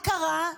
מה קרה?